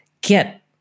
get